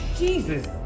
Jesus